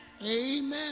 Amen